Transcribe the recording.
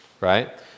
right